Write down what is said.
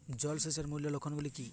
জল সেচের মূল লক্ষ্য কী?